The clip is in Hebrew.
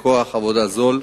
כוח עבודה זול.